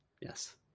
Yes